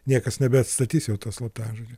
niekas nebeatstatys jau to slaptažodžio